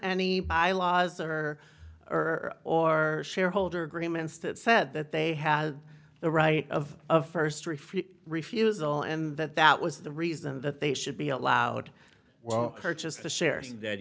any bylaws or or or shareholder agreements that said that they had the right of a first reef refusal and that that was the reason that they should be allowed well purchased the shares that